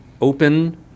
open